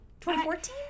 2014